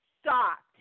stopped